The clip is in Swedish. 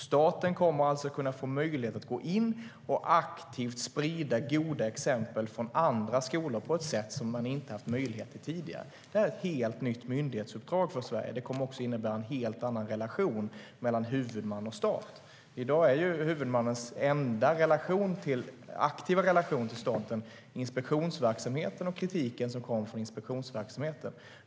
Staten kommer alltså att kunna få möjlighet att gå in och aktivt sprida goda exempel från andra skolor på ett sätt som man inte har haft möjlighet till tidigare. Detta är ett helt nytt myndighetsuppdrag för Sverige. Det kommer också att innebära en helt annan relation mellan huvudman och stat. I dag är huvudmannens enda aktiva relation till staten inspektionsverksamheten och kritiken som kommer från den.